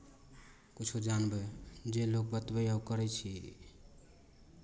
किछो जानबै जे लोक बतबैए ओ करै छी